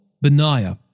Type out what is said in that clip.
Benaiah